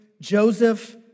Joseph